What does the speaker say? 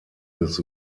des